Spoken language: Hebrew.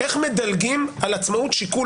אני מנסה להבין איך מדלגים על עצמאות שיקול